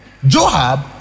Joab